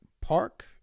Park